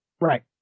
Right